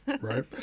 Right